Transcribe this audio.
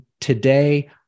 today